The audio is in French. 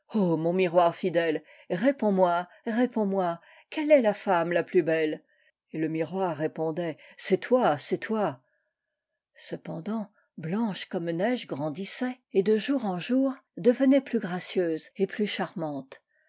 mon miroir fidèle réponds-moi réponds-moi quelle est la femme la plus belle et le miroir répondait c'est toi c'est loi cependant blanche comme neige grandissait et de jour en jour devenait plus gracieuse et plus charmante